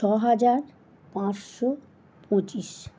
ছ হাজার পাঁচশো পঁচিশ